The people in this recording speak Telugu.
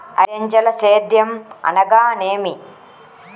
ఐదంచెల సేద్యం అనగా నేమి?